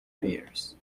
spears